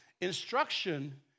Instruction